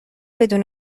بدون